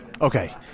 Okay